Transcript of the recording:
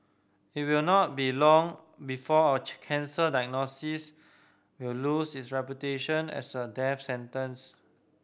it will not be long before a cancer diagnosis will lose its reputation as a death sentence